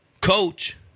coach